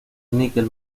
níquel